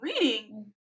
reading